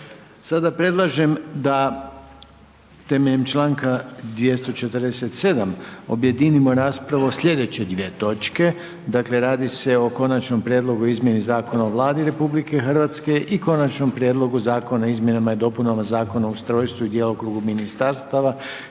Sada predlažem da temeljem čl. 247. objedinimo raspravu o sljedeće dvije točke, dakle radi se o Konačnom prijedlogu izmjeni zakona o Vladi RH i Konačnom prijedlogu zakona izmjenama i dopunama zakona o ustrojstvu i djelokrugu ministarstava